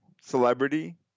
celebrity